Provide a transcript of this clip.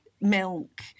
milk